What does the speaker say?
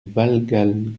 valgalgues